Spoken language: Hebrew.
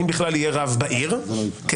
האם בכלל יהיה רב בעיר כתקן,